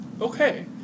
Okay